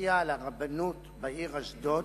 שלפיה על הרבנות בעיר אשדוד